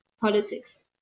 politics